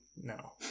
No